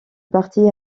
parti